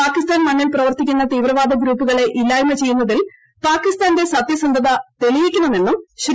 പാകിസ്ഥാൻ മണ്ണിൽ പ്രവർത്തിക്കുന്ന തീവ്രവാദ ഗ്രൂപ്പുകളെ ഇല്ലായ്മ ചെയ്യുന്നതിൽ പാകിസ്ഥാന്റെ സത്യസന്ധത തെളിയിക്കണമെന്നും ശ്രീ